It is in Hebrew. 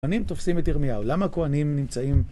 כהנים תופסים את ירמיהו. למה כהנים נמצאים?